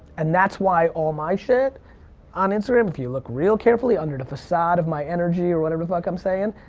and that's why all my shit on instagram, if you look real carefully under the facade of my energy or whatever the fuck i'm saying.